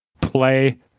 Play